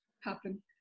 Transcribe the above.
happen